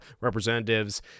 Representatives